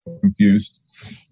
confused